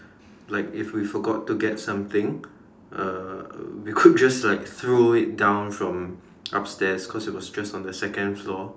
like if we forgot to get something uh we could just like throw it down from upstairs because it was just from the second floor